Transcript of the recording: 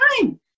time